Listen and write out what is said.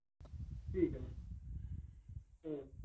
ठीक ऐ ma'am okay